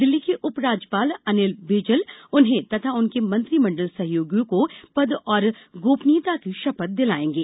दिल्ली के उपराज्यपाल अनिल बैजल उन्हें तथा उनके मंत्रिमंडल सहयोगियों को पद और गोपनीयता की शपथ दिलाएंगे